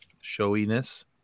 showiness